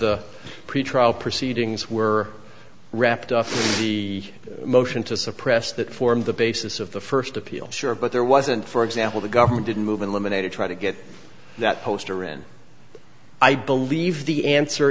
the pretrial proceedings were wrapped up in the motion to suppress that formed the basis of the first appeal sure but there wasn't for example the government didn't move eliminated try to get that poster in i believe the answer